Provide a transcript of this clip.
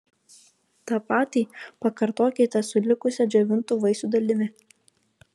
tą patį pakartokite su likusia džiovintų vaisių dalimi